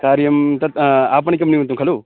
कार्यं तत् आपणिकं निमित्तं खलु